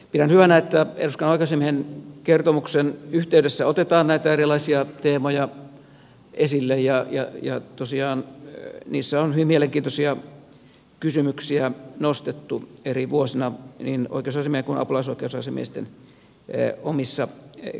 pidän hyvänä että eduskunnan oikeusasiamiehen kertomuksen yhteydessä otetaan näitä erilaisia teemoja esille ja tosiaan niissä on hyvin mielenkiintoisia kysymyksiä nostettu eri vuosina niin oikeusasiamiehen kuin apulaisoikeusasiamiesten omissa kirjoituksissa